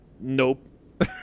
nope